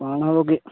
କ'ଣ ହେବ କି